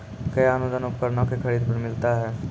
कया अनुदान उपकरणों के खरीद पर मिलता है?